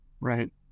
Right